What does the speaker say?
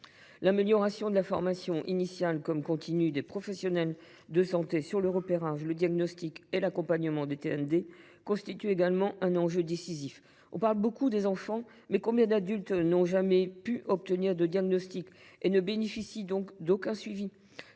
L’amélioration de la formation, initiale comme continue, des professionnels de santé sur le repérage, le diagnostic et l’accompagnement des TND constitue également un enjeu décisif. On parle beaucoup des enfants, mais combien d’adultes n’ont jamais pu obtenir de diagnostic et ne bénéficient donc d’aucun suivi ?